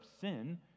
sin